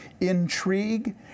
intrigue